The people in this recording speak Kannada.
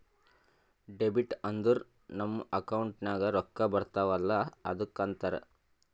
ಡೆಬಿಟ್ ಅಂದುರ್ ನಮ್ ಅಕೌಂಟ್ ನಾಗ್ ರೊಕ್ಕಾ ಬರ್ತಾವ ಅಲ್ಲ ಅದ್ದುಕ ಅಂತಾರ್